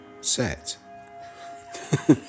set